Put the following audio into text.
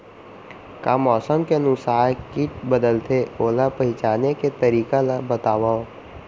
का मौसम के अनुसार किट बदलथे, ओला पहिचाने के तरीका ला बतावव?